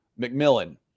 McMillan